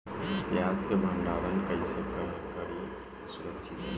प्याज के भंडारण कइसे करी की सुरक्षित रही?